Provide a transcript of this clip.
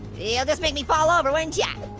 you'll just make me fall over, wouldn't yeah